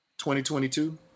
2022